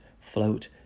float